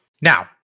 Now